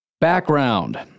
Background